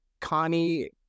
Connie